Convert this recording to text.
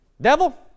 devil